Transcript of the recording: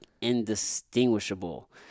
indistinguishable